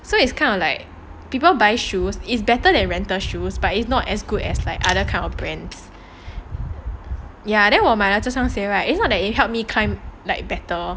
so it's kind of like people buy shoes is better than rental shoes but it's not as good as like other kind of brands ya then 我买了这双鞋 right it's not that it helps me climb better